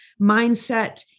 mindset